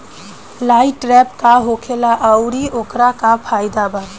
Light trap का होखेला आउर ओकर का फाइदा बा?